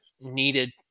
needed